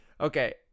Okay